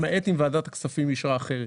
למעט אם ועדת הכספים אישרה אחרת.